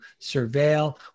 surveil